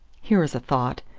here is a thought.